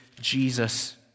Jesus